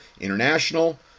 international